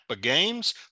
Games